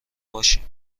باشیم